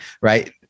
right